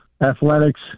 athletics